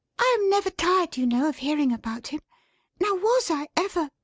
i am never tired you know of hearing about him now was i, ever?